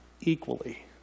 equally